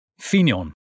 Fignon